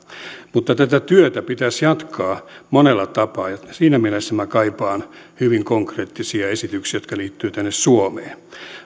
mutta tätä työtä pitäisi jatkaa monella tapaa ja siinä mielessä minä kaipaan hyvin konkreettisia esityksiä jotka liittyvät tänne suomeen